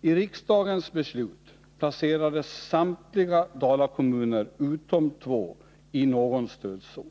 I riksdagens beslut placerades samtliga Dalakommuner utom två i någon stödzon.